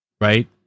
Right